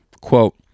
Quote